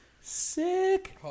sick